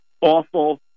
awful